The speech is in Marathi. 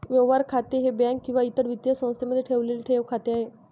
व्यवहार खाते हे बँक किंवा इतर वित्तीय संस्थेमध्ये ठेवलेले ठेव खाते आहे